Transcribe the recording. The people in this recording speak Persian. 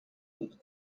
بود